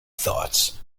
thoughts